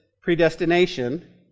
predestination